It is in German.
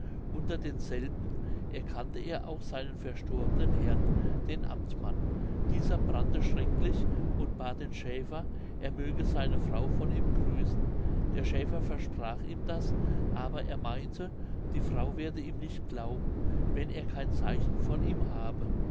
unter denselben erkannte er auch seinen verstorbenen herrn den amtmann dieser brannte schrecklich und bat den schäfer er möge seine frau von ihm grüßen der schäfer versprach ihm das aber er meinte die frau werde ihm nicht glauben wenn er kein zeichen von ihm habe